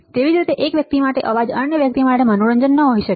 તેવી જ રીતે એક વ્યક્તિ માટે અવાજ અન્ય વ્યક્તિ માટે મનોરંજન ન હોઈ શકે